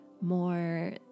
more